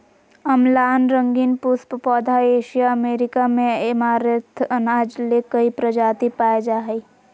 अम्लान रंगीन पुष्प पौधा एशिया अमेरिका में ऐमारैंथ अनाज ले कई प्रजाति पाय जा हइ